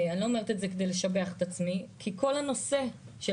אני אומרת את זה כדי לשבח את עצמי, כי כל הנושא של